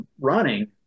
running